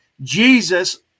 Jesus